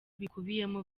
bikubiyemo